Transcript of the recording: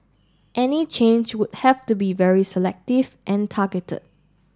any change would have to be very selective and targeted